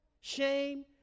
Shame